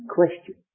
question